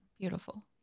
Beautiful